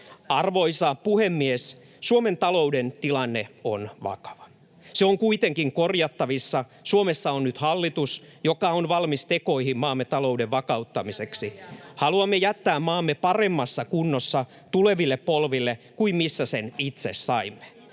Arvoisa puhemies! Suomen talouden tilanne on vakava. Se on kuitenkin korjattavissa. Suomessa on nyt hallitus, joka on valmis tekoihin maamme talouden vakauttamiseksi. Haluamme jättää maamme paremmassa kunnossa tuleville polville kuin missä sen itse saimme.